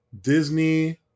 Disney